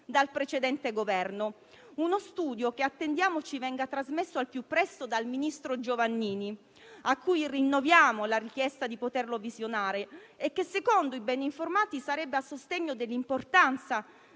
dal precedente Governo. Uno studio che attendiamo ci venga trasmesso al più presto dal ministro Giovannini, al quale rinnoviamo la richiesta di poterlo visionare, e che secondo i ben informati sarebbe a sostegno dell'importanza